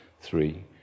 three